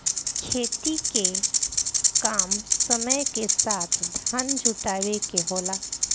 खेती के काम समय के साथ धन जुटावे के होला